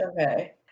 okay